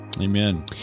Amen